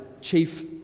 chief